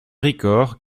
ricord